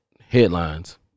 headlines